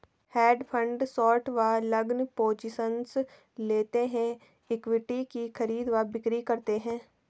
hedge fund short व long positions लेते हैं, इक्विटीज की खरीद व बिक्री करते हैं